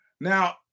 Now